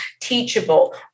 teachable